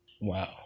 wow